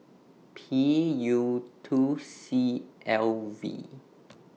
P U two C L V